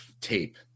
tape